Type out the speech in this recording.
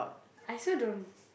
I also don't